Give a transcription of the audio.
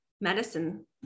medicine